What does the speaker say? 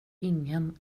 ingen